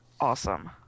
awesome